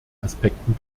aspekten